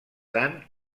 tant